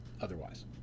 otherwise